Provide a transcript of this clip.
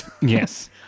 Yes